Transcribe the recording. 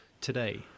today